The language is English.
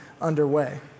underway